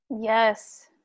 Yes